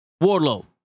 Warlow